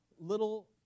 little